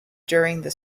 during